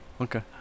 Okay